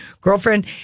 girlfriend